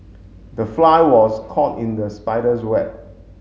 the fly was caught in the spider's web